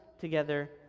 together